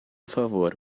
favor